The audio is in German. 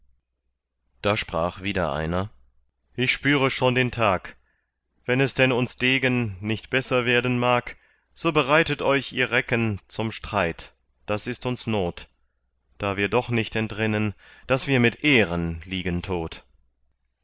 da sprach wieder einer ich spüre schon den tag wenn es denn uns degen nicht besser werden mag so bereitet euch ihr recken zum streit das ist uns not da wir doch nicht entrinnen daß wir mit ehren liegen tot